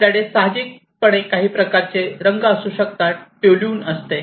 आपल्याकडे सहजपणे काही प्रकारचे रंग असू शकतात टोल्युइन असते